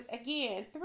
again